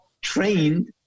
trained